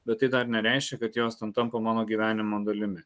bet tai dar nereiškia kad jos ten tampa mano gyvenimo dalimi